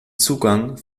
zugang